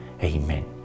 Amen